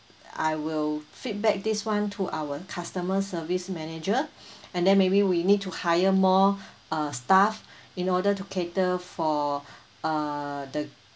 I will feedback this one to our customer service manager and then maybe we need to hire more uh staff in order to cater for uh the